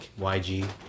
YG